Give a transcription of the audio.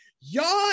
y'all